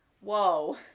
Whoa